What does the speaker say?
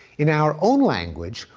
in our own language,